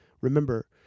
Remember